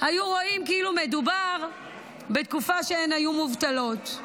רואים כאילו מדובר בתקופה שהן היו מובטלות.